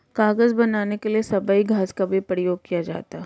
कागज बनाने के लिए सबई घास का भी प्रयोग किया जाता है